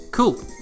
Cool